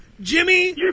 Jimmy